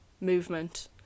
movement